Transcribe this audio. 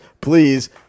please